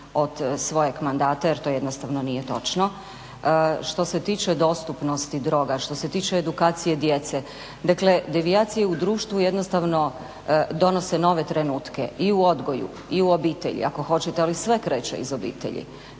od svojeg mandata, jer to jednostavno nije točno. Što se tiče dostupnosti droga, što se tiče edukacije djece. Dakle, devijacije u društvu jednostavno donose nove trenutke i u odgoju i u obitelji ako hoćete, ali sve kreće iz obitelji.